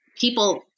people